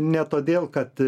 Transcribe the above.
ne todėl kad